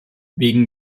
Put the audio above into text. wegen